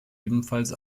ebenfalls